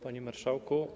Panie Marszałku!